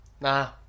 Nah